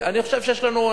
ואני חושב שיש לנו,